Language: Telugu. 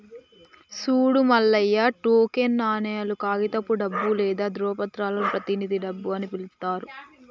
సూడు మల్లయ్య టోకెన్ నాణేలు, కాగితపు డబ్బు లేదా ధ్రువపత్రాలను ప్రతినిధి డబ్బు అని పిలుత్తారు